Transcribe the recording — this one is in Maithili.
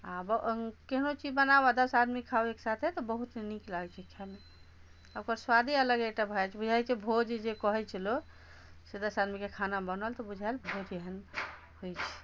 आ केहनो चीज बनाउ आ दस आदमी खाउ एक साथे तऽ बहुत नीक लागै छै खाए मे आ ओकर स्वादे अलग एकटा भऽ जाइ छै बुझाइ छै भोज जे कहै छै लोक से दस आदमी के खाना बनल तऽ बुझाएल भोज एहन होइ छै